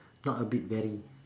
not a bit very